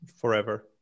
forever